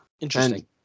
Interesting